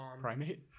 primate